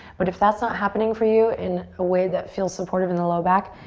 but if that's not happening for you, in a way that feels supportive in the low back,